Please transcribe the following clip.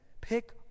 Pick